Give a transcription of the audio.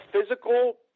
physical